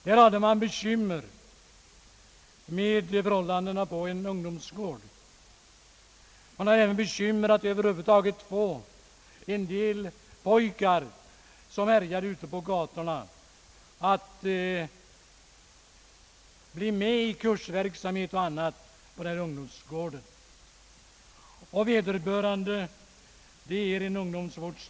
Man hade bekymmer med förhållandena på en ungdomsgård samt svårigheter att över huvud taget få en del pojkar, som härjade ute på gatorna, att delta i kursverksamhet och annat som anordnades på ungdomsgården.